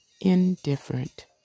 indifferent